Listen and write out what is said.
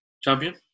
champion